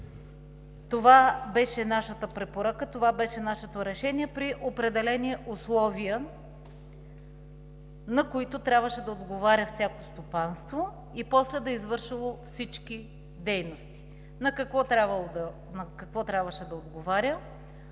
Това беше нашата препоръка и нашето решение – при определени условия, на които трябваше да отговаря всяко стопанство, и после да извърши всички дейности. На какво трябваше да отговаря?